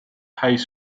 high